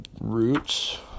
roots